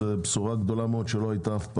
זו בשורה גדולה מאוד שאף פעם לא הייתה.